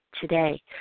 today